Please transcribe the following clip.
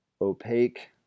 opaque